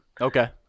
Okay